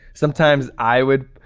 sometimes i would